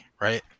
right